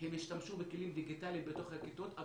הם השתמשו בכלים דיגיטליים בתוך הכיתות,